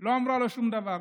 לא אמרה לו שום דבר,